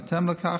בהתאם לכך,